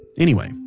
anyway,